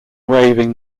waving